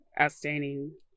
Outstanding